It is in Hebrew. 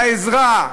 לעזרה,